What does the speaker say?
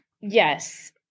Yes